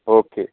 okay